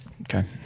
Okay